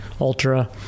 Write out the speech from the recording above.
ultra –